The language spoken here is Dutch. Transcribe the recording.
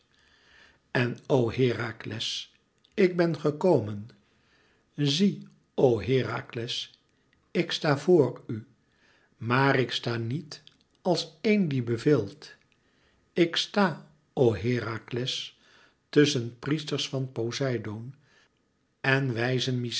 en o herakles ik ben gekomen zie o herakles ik sta voor u maar ik sta niet als een die beveelt ik sta o herakles tusschen priesters van poseidoon en wijzen